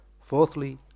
fourthly